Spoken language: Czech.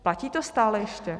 Platí to stále ještě?